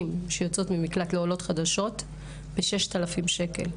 שיוצאות ממקלט לעולות חדשות ל-6,000 שקל.